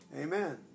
Amen